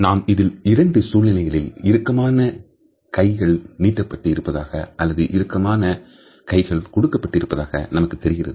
நாம் இதில் 2 சூழ்நிலைகளிலும் இறுக்கமான கைகள் நீட்டப்பட்டு இருப்பதாக அல்லது இறுக்கமான கைகள் கொடுக்கப்பட்டு இருப்பதாக நமக்குத் தெரிகிறது